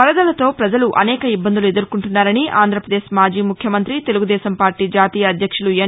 వరదలతో పజలు అనేక ఇబ్బందులు ఎదుర్కొంటున్నారని ఆంధ్రప్రదేశ్ మాజీ ముఖ్యమంత్రి తెలుగుదేశంపార్లీ జాతీయ అధ్యక్షులు ఎన్